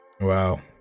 Wow